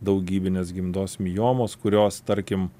daugybinės gimdos miomos kurios tarkim